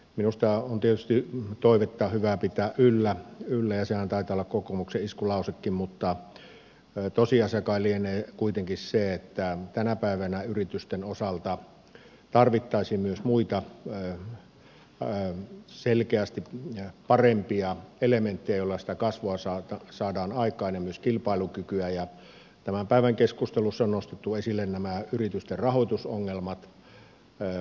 minusta on tietysti toivetta hyvä pitää yllä ja sehän taitaa olla kokoomuksen iskulausekin mutta tosiasia kai lienee kuitenkin se että tänä päivänä yritysten osalta tarvittaisiin myös muita selkeästi parempia elementtejä joilla sitä kasvua saadaan aikaan ja myös kilpailukykyä ja tämän päivän keskustelussa on nostettu esille nämä yritysten rahoitusongelmat